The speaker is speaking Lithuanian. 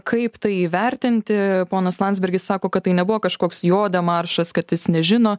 kaip tai įvertinti ponas landsbergis sako kad tai nebuvo kažkoks jo demaršas kad jis nežino